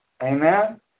Amen